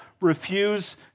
refuse